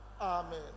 Amen